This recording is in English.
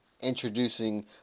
introducing